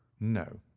no.